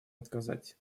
отказать